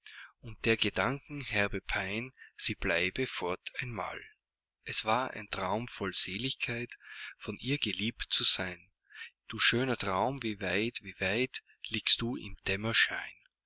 und der gedanke herbe pein sie bleibe fort einmal es war ein traum voll seligkeit von ihr geliebt zu sein du schöner traum wie weit wie weit liegst du im dämmerschein